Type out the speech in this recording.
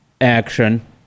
action